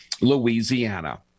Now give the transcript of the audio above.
Louisiana